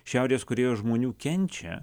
šiaurės korėjos žmonių kenčia